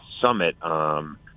summit